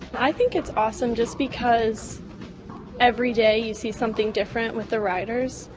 i think it's awesome just because every day you see something different with the riders,